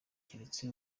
keretse